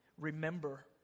Remember